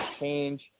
change